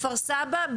כפר-סבא,